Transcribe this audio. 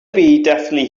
definitely